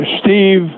Steve